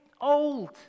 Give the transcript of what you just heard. old